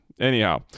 Anyhow